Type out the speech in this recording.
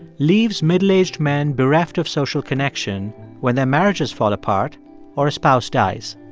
leaves middle-aged men bereft of social connection when their marriages fall apart or a spouse dies.